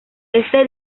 este